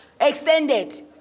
extended